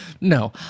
No